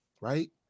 right